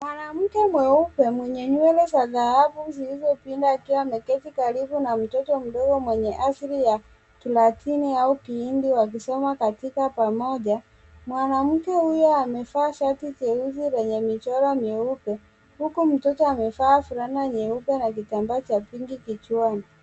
Mwanamke mweupe mwenye nywele za dhahabu zilizopinda akiwa ameketi karibu na mtoto mdogo mwenye asili ya thelatini au kiindi wakisoma katika pamoja. Mwanamke huyo amevaa shati jeusi mwenye michoro mieupe huku mtoto amevaa fulana nyeupe na kitambaa cha pinki kichwani.